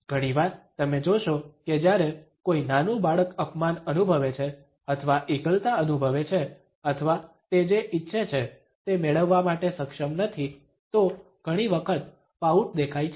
ઘણીવાર તમે જોશો કે જ્યારે કોઈ નાનું બાળક અપમાન અનુભવે છે અથવા એકલતા અનુભવે છે અથવા તે જે ઇચ્છે છે તે મેળવવા માટે સક્ષમ નથી તો ઘણી વખત પાઉટ દેખાય છે